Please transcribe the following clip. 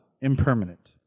impermanent